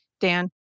Dan